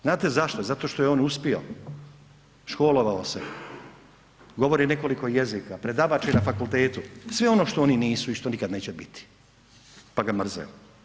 Znate zašto, zato što je on uspio, školovao se, govori nekoliko jezika predavač je na fakultetu, sve ono što oni nisu i što nikad neće biti pa da mrze.